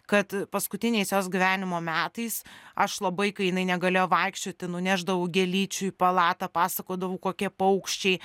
kad paskutiniais jos gyvenimo metais aš labai kai jinai negalėjo vaikščioti nunešdavau gėlyčių į palatą pasakodavau kokie paukščiai